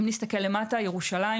ירושלים,